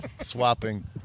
Swapping